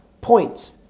point